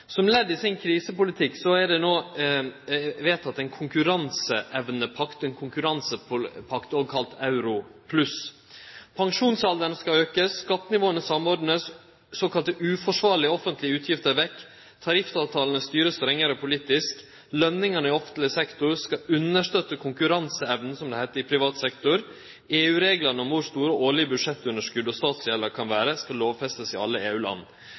Som ledd i krisepolitikken er det no vedteke ein konkurranseevnepakt, ein konkurransepakt, òg kalla Euro Pluss. Pensjonsalderen skal aukast, skattenivåa samordnast, såkalla uforsvarlege offentlege utgifter vekk, tariffavtalane styrast strengare politisk. Lønningane i offentleg sektor skal understøtte konkurranseevna, som det heiter, i privat sektor. EU-reglane om kor store dei årlege budsjettunderskota og statsgjelda kan vere, skal lovfestast i alle